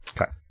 Okay